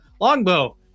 longbow